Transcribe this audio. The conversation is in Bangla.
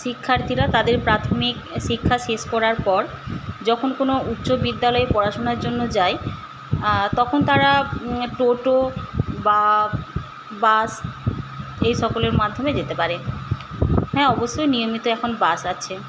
শিক্ষার্থীরা তাদের প্রাথমিক শিক্ষা শেষ করার পর যখন কোনো উচ্চ বিদ্যালয় পড়াশোনার জন্য যায় তখন তারা টোটো বা বাস এ সকলের মাধ্যমে যেতে পারে হ্যাঁ অবশ্যই নিয়মিত এখন বাস আছে